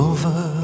Over